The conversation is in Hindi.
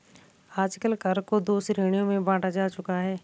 आजकल कर को दो श्रेणियों में बांटा जा चुका है